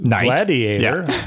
Gladiator